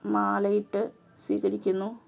മാലയിട്ട് സ്വീകരിക്കുന്നു